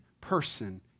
person